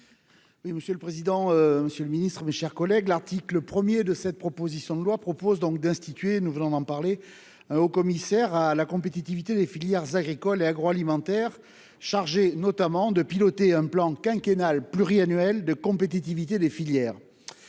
monsieur le président, Monsieur le Ministre, mes chers collègues, l'article 1er de cette proposition de loi propose donc d'instituer, nous venons d'en parler. Au commissaire à la compétitivité des filières agricoles et agroalimentaires, chargée notamment de piloter un plan quinquennal. De compétitivité des filières.